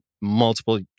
multiple